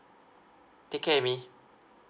take care amy